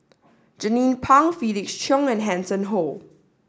Jernnine Pang Felix Cheong and Hanson Ho